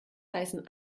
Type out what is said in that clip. heißen